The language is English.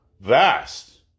vast